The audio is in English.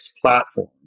platform